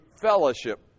fellowship